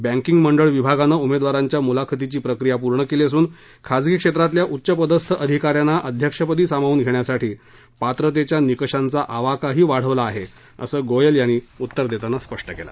banking मंडळ विभागानं उमेदवारांच्या मुलाखतीची प्रक्रिया पूर्ण केली असून खाजगी क्षेत्रातल्या उच्चपदस्थ अधिकाऱ्यांना अध्यक्षपदी सामावून घेण्यासाठी पात्रतेच्या निकषांचा आवाकाही वाढवला आहे असं गोयल यांनी उत्तर देताना स्पष्ट केलं